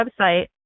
website